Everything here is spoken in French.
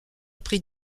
pris